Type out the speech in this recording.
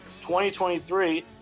2023